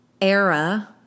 era